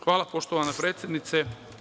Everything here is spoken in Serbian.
Hvala, poštovana predsednice.